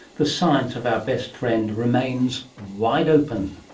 the science of our best friend remains wide open.